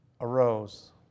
arose